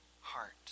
heart